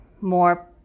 more